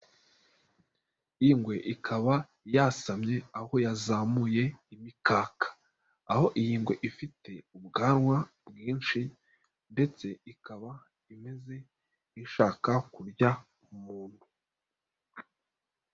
Ingwe ikaba yasamye aho yazamuye imikaka, aho iyi ngwe ifite ubwanwa bwinshi ndetse ikaba imeze nk'ishaka kurya umuntu.